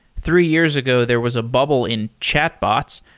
three years ago there was a bubble in chat bots.